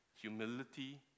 humility